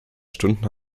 stunden